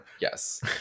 Yes